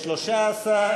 15,